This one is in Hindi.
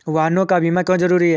वाहनों का बीमा क्यो जरूरी है?